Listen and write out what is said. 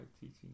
teaching